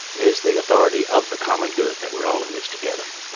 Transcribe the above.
is the authority of the common good that we're all in this together.